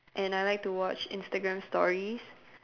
and I like to watch Instagram stories